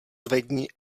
zvedni